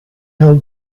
held